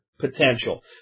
potential